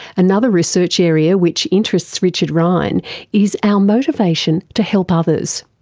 another research area which interests richard ryan is our motivation to help others.